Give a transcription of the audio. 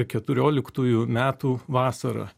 keturioliktųjų metų vasarą